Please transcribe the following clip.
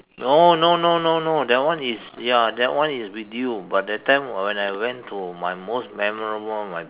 no no no no no that one is ya that one is with you but that time when I went to my most memorable one my